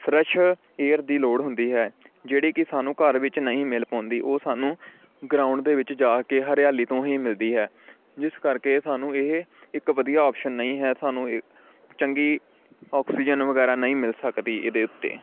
French air ਦੀ ਲੋੜ ਹੁੰਦੀ ਹੈ ਜਿਹੜੀ ਕਿ ਸਾਨੂੰ ਘਰ ਵਿੱਚ ਨਹੀਂ ਮਿਲ ਪਾਉਂਦੀ ਓਹ ਸਾਨੂੰ ਗਰਾਊਂਡ ਦੇ ਵਿੱਚ ਜਾ ਕੇ ਹਰਿਆਲੀ ਤੋਂ ਹੀ ਮਿਲਦੀ ਹੈ ਜਿਸ ਕਰਕੇ ਸਾਨੂੰ ਇਹ ਇੱਕ ਵਧੀਆ ਓਪਸ਼ਨ ਨਹੀਂ ਹੈੈ ਸਾਨੂੰ ਏ ਚੰਗੀ ਔਕਸੀਜਨ ਵਗੈਰਾ ਨਹੀਂ ਮਿਲ ਸਕਦੀ ਇਹਦੇ ਉੱਤੇ